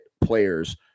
players